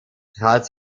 trat